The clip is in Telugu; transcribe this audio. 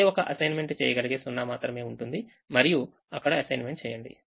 ఒకే ఒక అసైన్మెంట్ చేయగలిగే 0 మాత్రమే ఉంటుంది మరియు అక్కడ అసైన్మెంట్ చేయండి